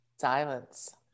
Silence